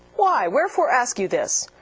why? wherefore ask you this?